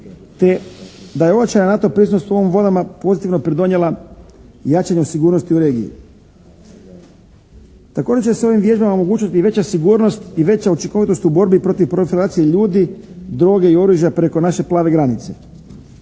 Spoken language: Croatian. te da je uočena NATO prisutnost u ovim vodama pozitivno pridonijela jačanju sigurnosti u regiji. Također će se ovim vježbama omogućiti veća sigurnost i veća učinkovitost u borbi protiv profilacije ljudi, droge i oružja preko naše plave granice.